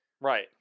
right